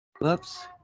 Whoops